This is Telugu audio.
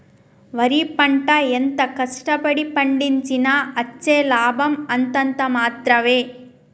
వరి పంట ఎంత కష్ట పడి పండించినా అచ్చే లాభం అంతంత మాత్రవే